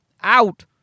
out